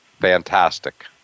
fantastic